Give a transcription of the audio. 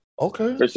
Okay